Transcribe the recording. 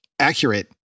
accurate